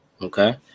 okay